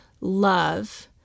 love